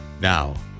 Now